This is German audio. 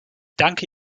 danke